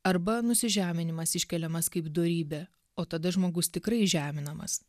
arba nusižeminimas iškeliamas kaip dorybė o tada žmogus tikrai žeminamas